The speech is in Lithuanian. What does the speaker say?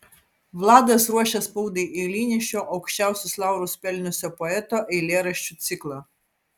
vladas ruošė spaudai eilinį šio aukščiausius laurus pelniusio poeto eilėraščių ciklą